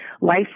Life